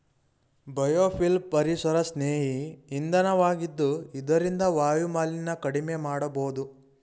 biofuel ಪರಿಸರಸ್ನೇಹಿ ಇಂಧನ ವಾಗಿದ್ದು ಇದರಿಂದ ವಾಯುಮಾಲಿನ್ಯ ಕಡಿಮೆ ಮಾಡಬೋದು